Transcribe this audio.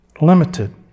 Limited